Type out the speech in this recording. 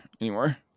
anymore